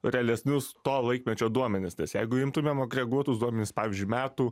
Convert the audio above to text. realesnius to laikmečio duomenis nes jeigu imtumėm agreguotus duomenis pavyzdžiui metų